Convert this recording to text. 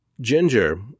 Ginger